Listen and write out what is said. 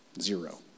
zero